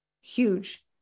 huge